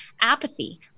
apathy